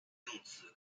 用此